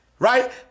Right